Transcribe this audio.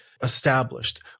established